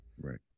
Right